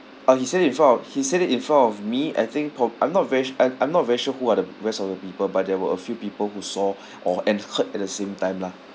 uh he said it in front of he said it in front of me I think prob~ I'm not very s~ I I'm not very sure who are the rest of the people but there were a few people who saw or and heard at the same time lah